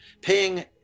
paying